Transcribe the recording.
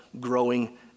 growing